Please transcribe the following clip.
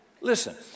Listen